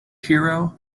hero